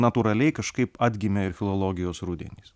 natūraliai kažkaip atgimė ir filologijos rudenys